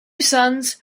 sons